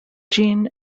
jeanne